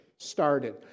Started